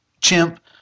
chimp